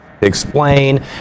explain